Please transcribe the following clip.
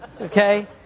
Okay